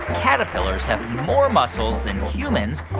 caterpillars have more muscles than humans,